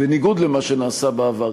בניגוד למה שנעשה בעבר,